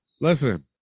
Listen